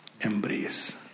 embrace